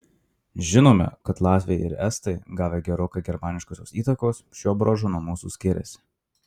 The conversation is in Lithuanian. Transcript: žinome kad latviai ir estai gavę gerokai germaniškosios įtakos šiuo bruožu nuo mūsų skiriasi